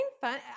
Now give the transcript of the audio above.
fun